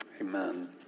Amen